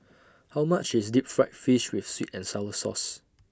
How much IS Deep Fried Fish with Sweet and Sour Sauce